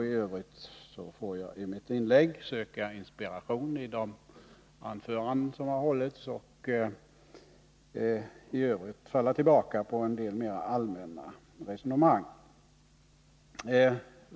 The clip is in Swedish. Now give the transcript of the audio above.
I övrigt får jag väl söka inspiration i de anföranden som har hållits och falla tillbaka på en del mer allmänna resonemang.